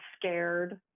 scared